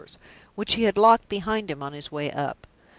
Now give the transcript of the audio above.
which he had locked behind him on his way up.